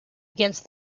against